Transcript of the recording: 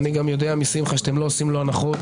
ואני גם יודע משמחה שאתם לא עושים לו הנחות,